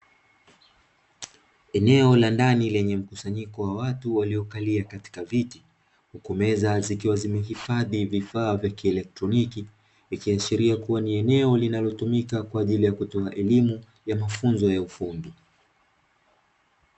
Eneo la ndani lenye mkusanyiko wa watu waliokalia katika viti huku meza zikiwa zimehifadhi vifaa vya kieletroniki ikiashiria kuwa ni eneo linalotumika kwaajili ya kutoa mafunzo ya elimu ya ufundi.